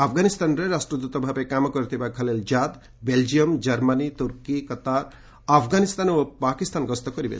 ଆଫଗାନିସ୍ଥାନରେ ରାଷ୍ଟ୍ରଦୂତ ଭାବେ କାମ କରିଥିବା Khalilzad Belgium Germany Turkey Qatar Afghanistan ଓ ପାକିସ୍ତାନ ଗସ୍ତ କରିବେ